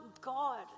God